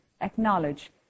acknowledge